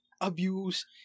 abuse